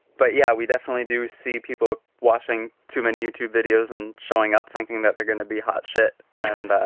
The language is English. but yeah, we definitely do see people watching too many youtube videos and showing up thinking that they're going to be hot shit and